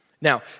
Now